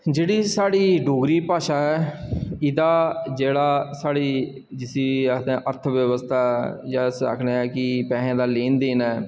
जेह्ड़ी साढ़ी डोगरी भाशा ऐ एह्दा जेह्ड़ा साढ़ी जिसी आखदे अर्थ व्यवस्था जां भी अस आक्खने आं कि पैसे दा लेन देन ऐ